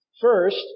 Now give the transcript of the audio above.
First